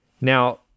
Now